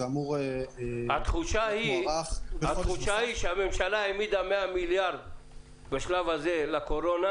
התחושה היא שהממשלה העמידה 100 מיליארד בשלב הזה לקורונה,